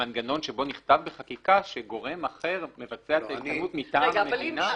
מנגנון שבו נכתב בחקיקה שגורם אחר מבצע את ההשתלמות מטעם המדינה.